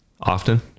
Often